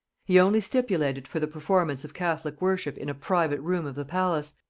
he only stipulated for the performance of catholic worship in a private room of the palace,